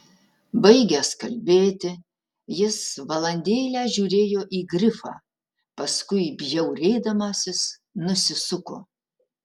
baigęs kalbėti jis valandėlę žiūrėjo į grifą paskui bjaurėdamasis nusisuko